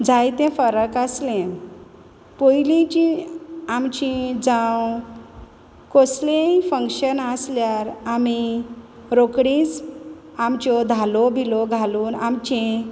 जायते फरक आसले पयलींचीं आमचीं जावं कोसलेंय फंक्शन आसल्यार आमी रोकडींच आमच्यो धालो बिलो घालून आमचें